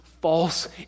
false